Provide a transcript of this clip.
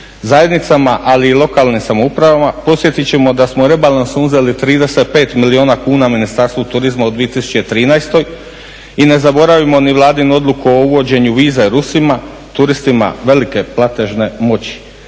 zajednicama ali i lokalnim samoupravama podsjetit ćemo da smo rebalansom uzeli 35 milijuna kuna Ministarstvu turizma u 2013. I ne zaboravimo ni vladinu odluku o uvođenju viza Rusima, turistima velike platežne moći,